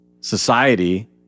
Society